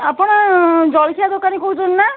ଆପଣ ଜଳଖିଆ ଦୋକାନୀ କହୁଛନ୍ତି ନା